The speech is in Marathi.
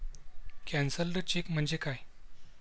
कॅन्सल्ड चेक म्हणजे काय?